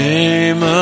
Name